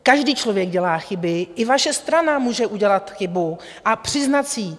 Každý člověk dělá chyby, i vaše strana může udělat chybu a přiznat si ji.